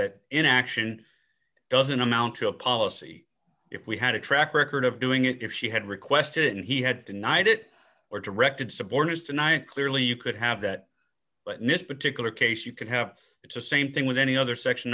that inaction doesn't amount to a policy if we had a track record of doing it if she had requested it and he had denied it or directed subordinates tonight clearly you could have that but in this particular case you could have it's the same thing with any other section